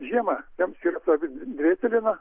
žiemą tam skirta dvėseliena